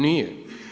Nije.